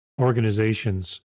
organizations